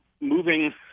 moving